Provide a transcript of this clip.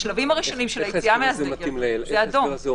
בשלבים הראשונים של היציאה מהסגר זה אדום.